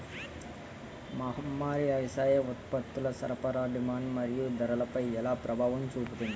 మహమ్మారి వ్యవసాయ ఉత్పత్తుల సరఫరా డిమాండ్ మరియు ధరలపై ఎలా ప్రభావం చూపింది?